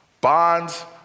Bonds